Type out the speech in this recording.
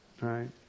right